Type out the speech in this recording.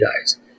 guys